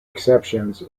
exceptions